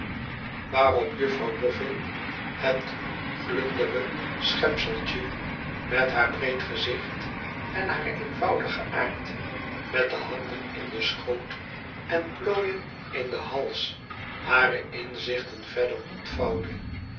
waarop juffrouw boffin het glundere schepseltje met haar breed gezicht en haar eenvoudigen aard met de handen in den schoot en plooiex in den hals hare inzichten verder ontvouwde